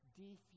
defuse